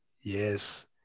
Yes